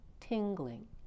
tingling